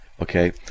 okay